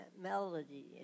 melody